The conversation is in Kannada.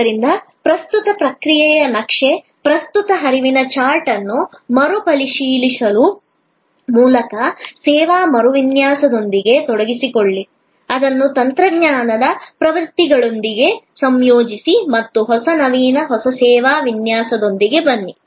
ಆದ್ದರಿಂದ ಪ್ರಸ್ತುತ ಪ್ರಕ್ರಿಯೆಯ ನಕ್ಷೆ ಪ್ರಸ್ತುತ ಹರಿವಿನ ಚಾರ್ಟ್ ಅನ್ನು ಮರುಪರಿಶೀಲಿಸುವ ಮೂಲಕ ಸೇವಾ ಮರುವಿನ್ಯಾಸದೊಂದಿಗೆ ತೊಡಗಿಸಿಕೊಳ್ಳಿ ಅದನ್ನು ತಂತ್ರಜ್ಞಾನದ ಪ್ರವೃತ್ತಿಗಳೊಂದಿಗೆ ಸಂಯೋಜಿಸಿ ಮತ್ತು ಹೊಸ ನವೀನ ಹೊಸ ಸೇವಾ ವಿನ್ಯಾಸದೊಂದಿಗೆ ಬನ್ನಿ